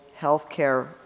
healthcare